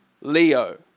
Leo